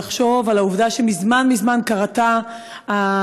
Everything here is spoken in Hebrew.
לחשוב על העובדה שמזמן מזמן כרתה העדה